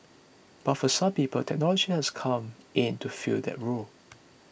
but for some people technology has come in to fill that role